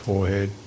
Forehead